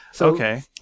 Okay